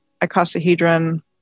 icosahedron